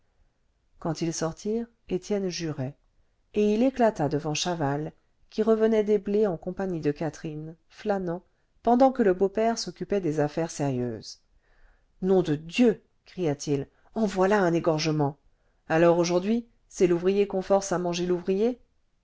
quand ils sortirent étienne jurait et il éclata devant chaval qui revenait des blés en compagnie de catherine flânant pendant que le beau-père s'occupait des affaires sérieuses nom de dieu cria-t-il en voilà un égorgement alors aujourd'hui c'est l'ouvrier qu'on force à manger l'ouvrier